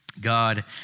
God